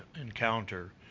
encounter